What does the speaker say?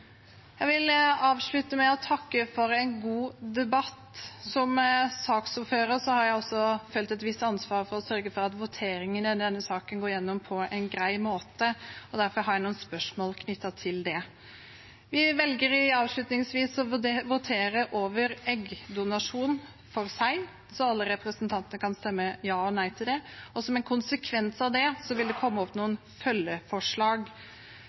jeg takknemlig for. Jeg vil avslutte med å takke for en god debatt. Som saksordfører har jeg også følt et visst ansvar for å sørge for at voteringen i denne saken går gjennom på en grei måte. Derfor har jeg noen spørsmål knyttet til det. Vi velger avslutningsvis å votere over eggdonasjon for seg, så alle representantene kan stemme ja eller nei til det. Og som en konsekvens av det, vil det komme opp noen følgeforslag.